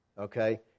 Okay